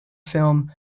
film